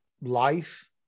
life